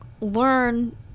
learn